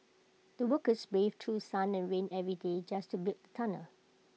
the workers braved through sun and rain every day just to build the tunnel